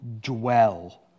dwell